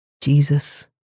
Jesus